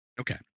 Okay